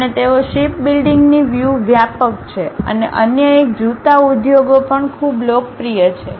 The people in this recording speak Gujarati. અને તેઓ શિપબિલ્ડિંગની વ્યૂ વ્યાપક છે અને અન્ય એક જૂતા ઉદ્યોગો પણ ખૂબ લોકપ્રિય છે